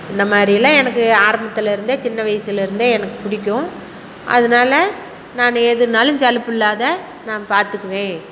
இந்த மாதிரி எல்லாம் எனக்கு ஆரம்பத்துலேருந்தே சின்ன வயசுலேருந்தே எனக்கு பிடிக்கும் அதனால நான் எதுனாலும் சலிப்பு இல்லாத நான் பார்த்துக்குவேன்